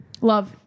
love